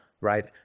right